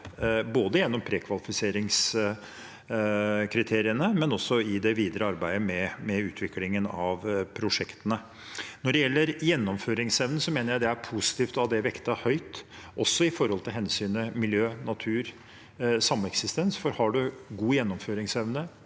både gjennom prekvalifiseringskriteriene og i det videre arbeidet med utviklingen av prosjektene. Når det gjelder gjennomføringsevnen, mener jeg det er positivt å ha det vektet høyt også når det gjelder hensynet til miljø, natur og sameksistens, for om en har god gjennomføringsevne